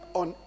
on